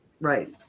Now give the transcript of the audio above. Right